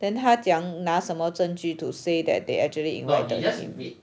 then 他怎样拿什么证据 to say that they actually invited him